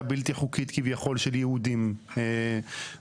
בלתי חוקית כביכול של יהודים בהתיישבות,